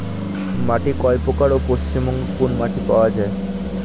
মাটি কয় প্রকার ও পশ্চিমবঙ্গ কোন মাটি পাওয়া য়ায়?